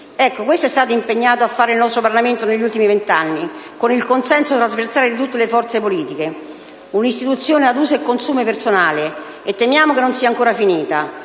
Ecco, questo è stato impegnato a fare il nostro Parlamento negli ultimi venti anni, con il consenso trasversale di tutte le forze politiche: un'istituzione ad uso e consumo personale, e temiamo non sia ancora finita.